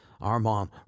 Armand